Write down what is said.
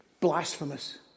blasphemous